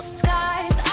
skies